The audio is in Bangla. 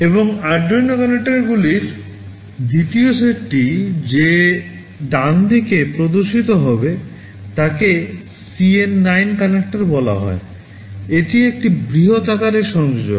এবং আরডুইনো CONNECTORগুলির দ্বিতীয় সেটটি যে ডানদিকে প্রদর্শিত হবে তাকে CN9 CONNECTOR বলা হয় এটি একটি বৃহত আকারের সংযোজক